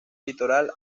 litoral